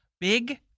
Big